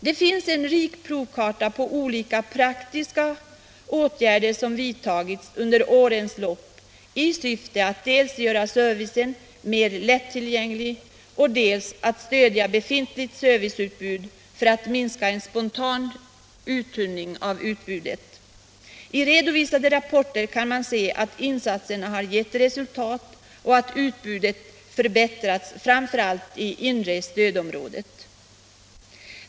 Det finns en rik provkarta på olika praktiska åtgärder, vilka vidtagits under årens lopp i syfte att dels göra servicen mer lättillgänglig, dels stödja befintligt serviceutbud för att minska en spontan uttunning av utbudet. I redovisade rapporter kan man se att insatserna har gett resultat och att utbudet förbättrats i framför allt det inre stödområdet.